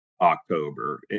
October